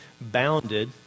bounded